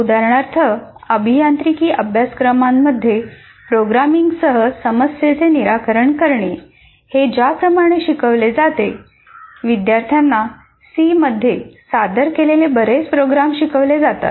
उदाहरणार्थ अभियांत्रिकी अभ्यासक्रमांमध्ये प्रोग्रामिंगसह समस्येचे निराकरण करणे हे ज्याप्रमाणे शिकवले जाते विद्यार्थ्यांना वर्गात 'सी' मध्ये सादर केलेले बरेच प्रोग्राम शिकवले जातात